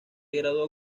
graduó